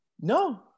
No